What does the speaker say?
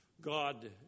God